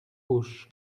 auch